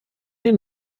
den